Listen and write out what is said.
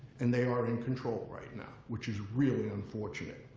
and they are in control right now, which is really unfortunate.